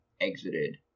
exited